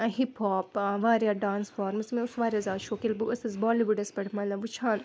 hip hop ٲں واریاہ dance forms مےٚ اوٗس وارِیاہ زیادٕ شوق ییٚلہِ بہٕ ٲسٕس بالی وُڈَس پٮ۪ٹھ مطلب وُچھان